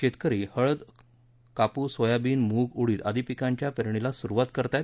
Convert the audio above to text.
शेतकरी हळद कापूस सोयाबीन मूग उडीद आदी पिकांच्या पेरणीला सुरुवात करत आहेत